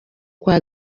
kwa